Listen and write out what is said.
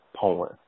poem